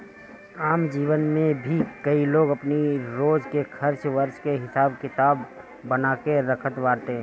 आम जीवन में भी कई लोग अपनी रोज के खर्च वर्च के हिसाब किताब बना के रखत बाटे